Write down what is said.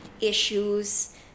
Issues